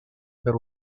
per